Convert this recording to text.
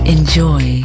Enjoy